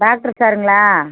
doctor சாருங்களா